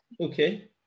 Okay